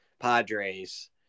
Padres